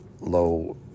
low